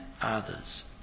others